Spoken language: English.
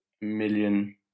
million